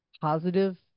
positive